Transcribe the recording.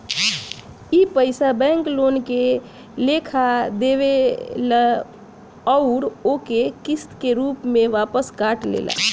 ई पइसा bank loan के लेखा देवेल अउर ओके किस्त के रूप में वापस काट लेला